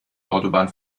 autobahn